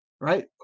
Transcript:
Right